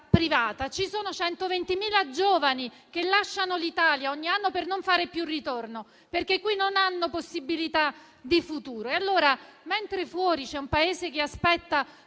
privata. Ci sono 120.000 giovani che lasciano l'Italia ogni anno per non fare più ritorno, perché qui non hanno possibilità di futuro. E allora, mentre fuori c'è un Paese che aspetta